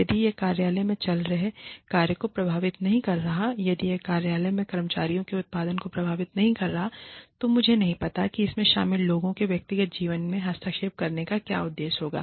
यदि यह कार्यालय में चल रहे कार्य को प्रभावित नहीं कर रहा है यदि यह कार्यालय में कर्मचारियों के उत्पादन को प्रभावित नहीं कर रहा है तो मुझे नहीं पता कि इसमें शामिल लोगों के व्यक्तिगत जीवन में हस्तक्षेप करने का क्या उद्देश्य होगा